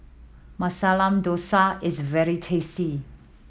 Masala Dosa is very tasty